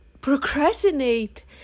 procrastinate